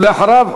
ואחריו,